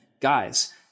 guys